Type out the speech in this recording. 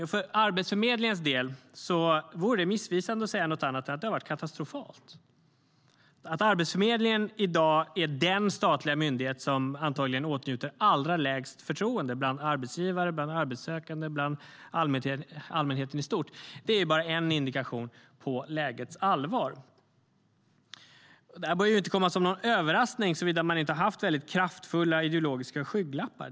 För Arbetsförmedlingens del vore det missvisande att säga annat än att det har varit katastrofalt. Att Arbetsförmedlingen i dag är den statliga myndighet som antagligen åtnjuter allra lägst förtroende bland arbetsgivare, arbetssökande och allmänheten i stort är bara en indikation på lägets allvar. Det här bör ju inte komma som någon överraskning, såvida man inte har haft kraftfulla ideologiska skygglappar.